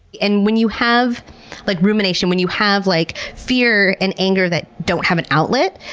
and when you have like rumination, when you have like fear and anger that don't have an outlet,